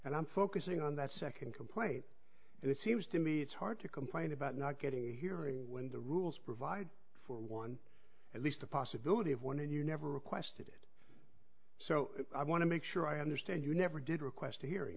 and i'm focusing on that second complaint and it seems to me it's hard to complain about not getting a hearing when the rules provide for one at least the possibility of one and you never requested it so i want to make sure i understand you never did request a hearing